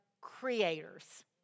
creators